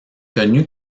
connue